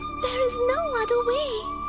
there is no other way.